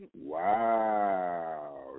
Wow